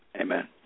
Amen